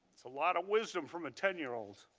a lot of wisdom from a ten year old.